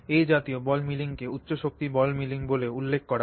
এই জাতীয় বলমিলিংকে উচ্চ শক্তি বল মিলিং বলেও উল্লেখ করা হয়